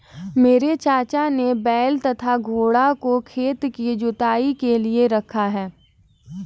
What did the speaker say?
मेरे चाचा ने बैल तथा घोड़ों को खेत की जुताई के लिए रखा है